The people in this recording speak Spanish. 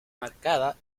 marcada